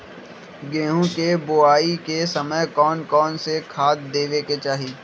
गेंहू के बोआई के समय कौन कौन से खाद देवे के चाही?